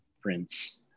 Prince